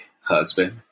husband